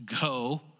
go